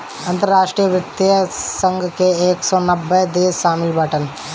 अंतरराष्ट्रीय वित्तीय संघ मे एक सौ नब्बे देस शामिल बाटन